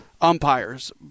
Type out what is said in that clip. umpires